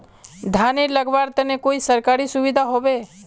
धानेर लगवार तने कोई सरकारी सुविधा होबे?